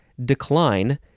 Decline